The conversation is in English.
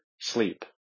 sleep